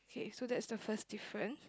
okay that's the first difference